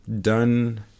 done